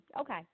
Okay